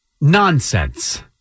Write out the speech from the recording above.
nonsense